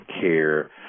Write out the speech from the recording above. care